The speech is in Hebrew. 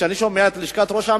אני שומע את ראש הממשלה,